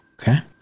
Okay